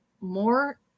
more